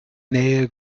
nähe